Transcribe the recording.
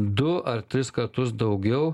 du ar tris kartus daugiau